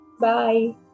Bye